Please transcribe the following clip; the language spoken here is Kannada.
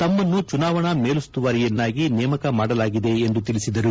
ತಮ್ಮನ್ನು ಚುನಾವಣಾ ಮೇಲುಸ್ತುವಾರಿಯನ್ನಾಗಿ ನೇಮಕ ಮಾಡಲಾಗಿದೆ ಎಂದು ತಿಳಿಸಿದರು